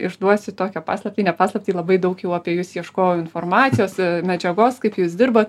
išduosiu tokią paslaptį ne paslaptį labai daug jau apie jus ieškojau informacijos medžiagos kaip jūs dirbat